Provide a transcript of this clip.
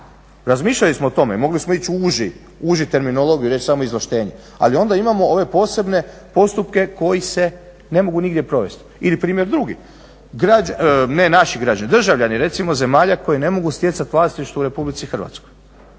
Razmišljali smo o tome, mogli smo ići u užu terminologiju i reći samo izvlaštenje, ali onda imamo ove posebne postupke koji se ne mogu nigdje provesti. Ili primjer drugi, ne naši građani, državljani recimo zemalja koji ne mogu stjecati vlasništvo u Republici Hrvatskoj,